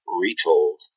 retold